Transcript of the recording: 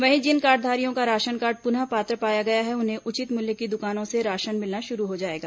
वहीं जिन कार्डधारियों का राशन कार्ड पुनः पात्र पाया गया है उन्हें उचित मूल्य की दुकानों से राशन मिलना शुरू हो जाएगा